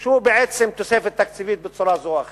שהוא בעצם תוספת תקציבית בצורה זו או אחרת,